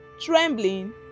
trembling